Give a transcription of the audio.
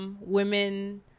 Women